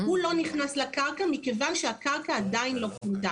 הוא לא נכנס לקרקע מכיוון שהקרקע עדיין לא פונתה.